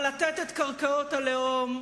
אבל לתת את קרקעות הלאום,